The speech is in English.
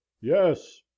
yes